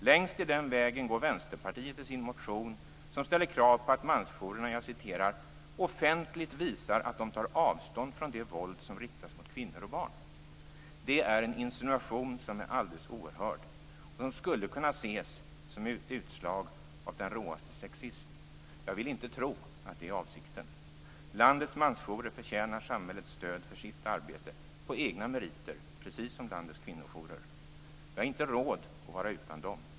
Längst i den vägen går Vänsterpartiet i sin motion, där man ställer krav på att mansjourerna "offentligt visar att de tar avstånd från det våld som riktas mot kvinnor och barn." Det är en insinuation som är alldeles oerhörd och som skulle kunna ses som ett utslag av den råaste sexism. Jag vill inte tro att det är avsikten. Landets mansjourer förtjänar samhällets stöd för sitt arbete på egna meriter - precis som landets kvinnojourer. Vi har inte råd att vara utan dem.